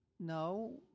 No